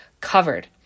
covered